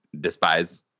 despise